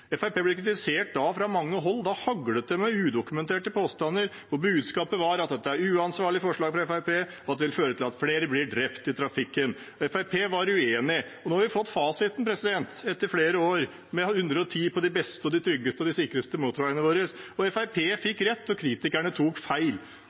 flere blir drept i trafikken. Fremskrittspartiet var uenig, og nå har vi fått fasiten etter flere år med 110 km/t på de beste, tryggeste og sikreste motorveiene våre. Fremskrittspartiet fikk rett, og